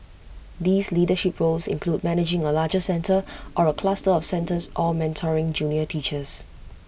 these leadership roles include managing A larger centre or A cluster of centres or mentoring junior teachers